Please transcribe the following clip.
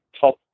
top